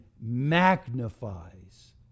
magnifies